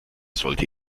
sollte